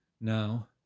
Now